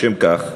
לשם כך,